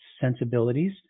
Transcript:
sensibilities